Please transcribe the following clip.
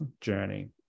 journey